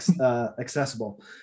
Accessible